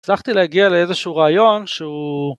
הצלחתי להגיע לאיזשהו רעיון שהוא...